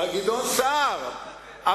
גדעון סער,